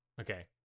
Okay